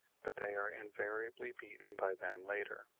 but they are invariably beaten by them later.